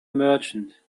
merchant